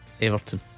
Everton